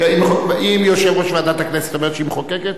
שתקבע ועדת הכנסת נתקבלה.